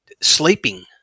sleeping